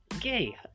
gay